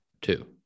two